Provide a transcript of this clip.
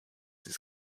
his